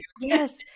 Yes